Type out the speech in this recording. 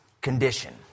condition